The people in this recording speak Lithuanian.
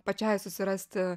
pačiai susirasti